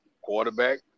quarterback